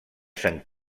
sant